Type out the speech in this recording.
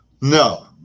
No